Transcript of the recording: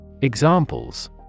Examples